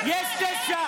--- בבית הזה.